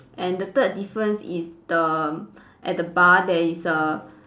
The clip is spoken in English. and the third difference is the at the bar there is a